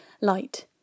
light